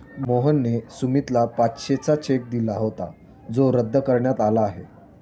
मोहनने सुमितला पाचशेचा चेक दिला होता जो रद्द करण्यात आला आहे